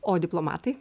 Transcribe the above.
o diplomatai